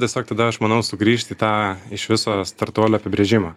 tiesiog tada aš manau sugrįžt į tą iš viso startuolio apibrėžimą